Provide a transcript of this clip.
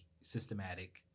systematic